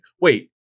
wait